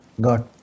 got